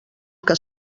que